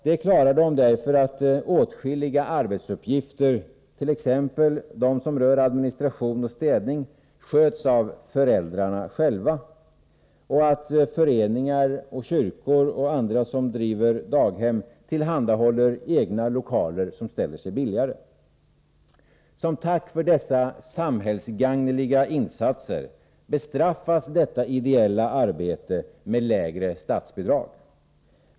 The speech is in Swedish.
Det klarar de, därför att åtskilliga arbetsuppgifter, t.ex. de som rör administration och städning, sköts av föräldrarna själva och att föreningar, kyrkor och andra som driver daghem tillhandahåller egna lokaler som ställer sig billigare. Som tack för dessa samhällsgagneliga insatser bestraffas detta ideella arbete med lägre statsbidrag.